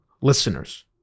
listeners